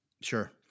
sure